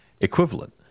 equivalent